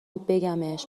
بگمش